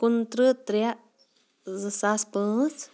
کُنترٕٛ ترٛےٚ زٕ ساس پانٛژھ